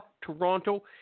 Toronto